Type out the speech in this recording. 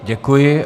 Děkuji.